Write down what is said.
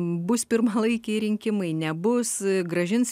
bus pirmalaikiai rinkimai nebus grąžins